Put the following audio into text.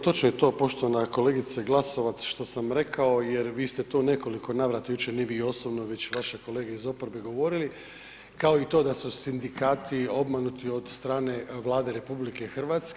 Točno je to poštovana kolegice Glasovac što sam rekao jer vi ste to nekoliko navrata jučer, ne vi osobno, već vaše kolege iz oporbe govorili kao i to da su sindikati obmanuti od strane Vlade RH.